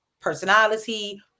personality